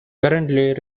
currently